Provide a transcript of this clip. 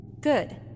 Good